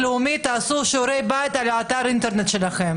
לאומיים מיוחדים ושירותי דת יהודיים):